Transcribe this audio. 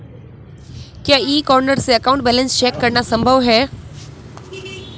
क्या e corner से account balance check करना संभव है?